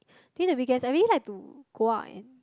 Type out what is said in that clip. during the weekends I really like to go out and